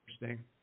interesting